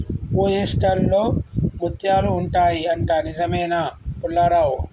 oyster లో ముత్యాలు ఉంటాయి అంట, నిజమేనా పుల్లారావ్